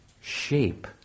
shape